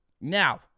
Now